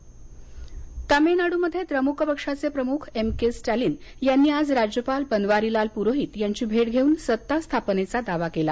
तामिळनाड् तामिळनाडूमध्ये द्रमुक पक्षाचे प्रमुख एम के स्टॅलिन यांनी आज राज्यपाल बनवारीलाल पुरोहित यांची भेट घेउन सत्ता स्थापनेचा दावा केला